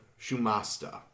Shumasta